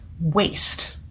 Waste